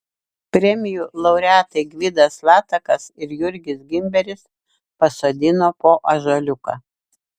premijų laureatai gvidas latakas ir jurgis gimberis pasodino po ąžuoliuką